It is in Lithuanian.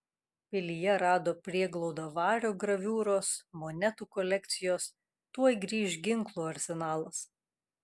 pilyje rado prieglaudą vario graviūros monetų kolekcijos tuoj grįš ginklų arsenalas